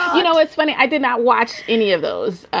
you know, it's funny, i did not watch any of those,